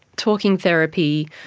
talking therapy,